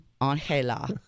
Angela